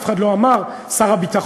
אף אחד לא אמר: שר הביטחון,